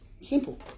Simple